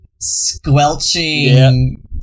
squelching